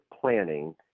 planning